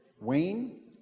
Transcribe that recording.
Wayne